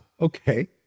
okay